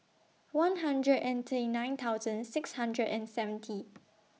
one hundred and thirty nine thousand six hundred and seventy